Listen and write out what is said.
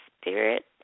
spirit